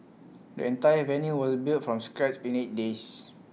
the entire venue was built from scratch in eight days